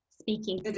speaking